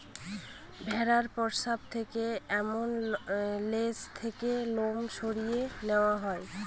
ভেড়ার পশ্চাৎ থেকে এবং লেজ থেকে লোম সরিয়ে নেওয়া হয়